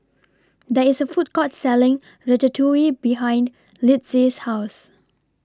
There IS A Food Court Selling Ratatouille behind Litzy's House